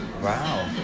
Wow